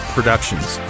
Productions